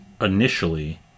initially